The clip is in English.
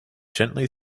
gently